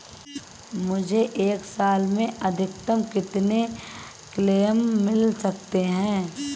मुझे एक साल में अधिकतम कितने क्लेम मिल सकते हैं?